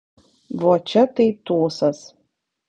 vo čia tai tūsas